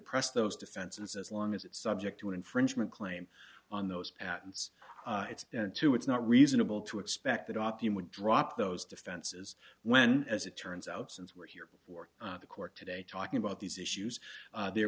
press those defenses as long as it's subject to an infringement claim on those atoms it's too it's not reasonable to expect that option would drop those defenses when as it turns out since we're here for the court today talking about these issues there